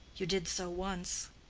you did so once.